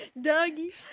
Doggy